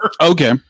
okay